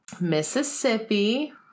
Mississippi